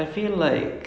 mm